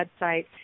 website